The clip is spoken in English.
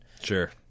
Sure